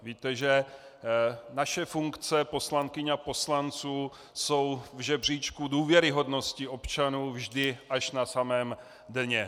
Víte, že naše funkce poslankyň a poslanců jsou v žebříčku důvěryhodnosti občanů vždy až na samém dně.